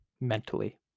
Mentally